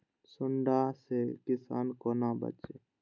सुंडा से किसान कोना बचे?